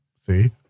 See